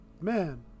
man